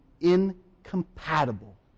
incompatible